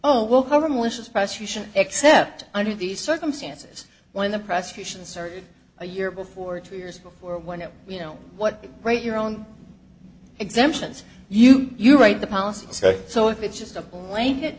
oh we'll cover malicious prosecution except under these circumstances when the prosecution sorry a year before two years before when you know what right your own exemptions you you write the policy so if it's just a blanket